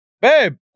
babe